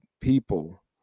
people